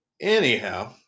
anyhow